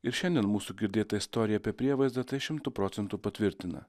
ir šiandien mūsų girdėta istorija apie prievaizdą šimtu procentų patvirtina